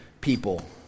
people